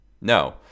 no